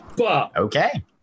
Okay